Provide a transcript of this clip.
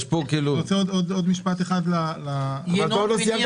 יש פה --- אני רוצה עוד משפט אחד ------ ינון וניר,